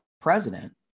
president